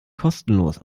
kostenlos